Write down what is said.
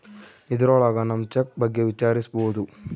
ಇದ್ರೊಳಗ ನಮ್ ಚೆಕ್ ಬಗ್ಗೆ ವಿಚಾರಿಸ್ಬೋದು